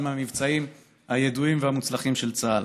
אחד המבצעים הידועים והמוצלחים של צה"ל.